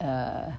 err